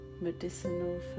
medicinal